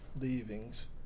leavings